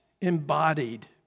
embodied